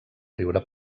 riure